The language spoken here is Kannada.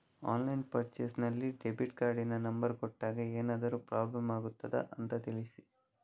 ಆನ್ಲೈನ್ ಪರ್ಚೇಸ್ ನಲ್ಲಿ ಡೆಬಿಟ್ ಕಾರ್ಡಿನ ನಂಬರ್ ಕೊಟ್ಟಾಗ ಏನಾದರೂ ಪ್ರಾಬ್ಲಮ್ ಆಗುತ್ತದ ಅಂತ ತಿಳಿಸಿ?